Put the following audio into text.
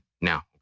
now